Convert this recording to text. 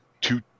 two